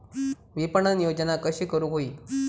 विपणन योजना कशी करुक होई?